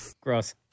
gross